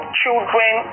children